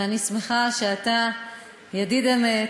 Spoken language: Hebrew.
ואני שמחה שאתה ידיד אמת,